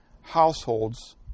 households